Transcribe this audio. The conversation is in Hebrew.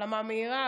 החלמה מהירה,